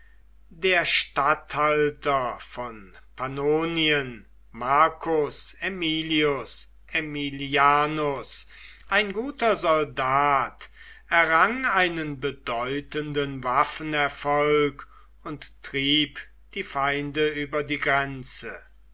der statthalter von pannonien marcus aemilius aemilianus ein guter soldat errang einen bedeutenden waffenerfolg und trieb die feinde über die grenze